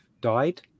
died